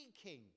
speaking